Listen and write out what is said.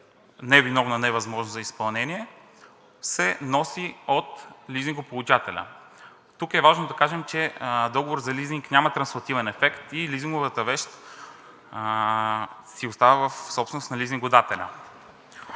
невиновна невъзможност за изпълнение се носи от лизингополучателя. Тук е важно да кажем, че договорът за лизинг няма транслативен ефект и лизинговата вещ си остава в собственост на лизингодателя.